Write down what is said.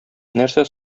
нәрсә